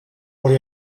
worry